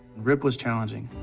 rip was challenging.